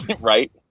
Right